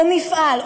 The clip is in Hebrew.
או מפעל,